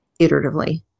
iteratively